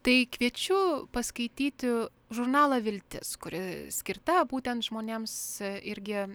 tai kviečiu paskaityti žurnalą viltis kuri skirta būtent žmonėms irgi